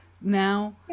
now